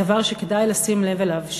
דבר שכדאי לשים לב אליו.